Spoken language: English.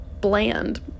bland